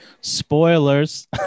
spoilers